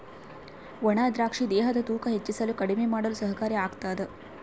ಒಣ ದ್ರಾಕ್ಷಿ ದೇಹದ ತೂಕ ಹೆಚ್ಚಿಸಲು ಕಡಿಮೆ ಮಾಡಲು ಸಹಕಾರಿ ಆಗ್ತಾದ